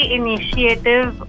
initiative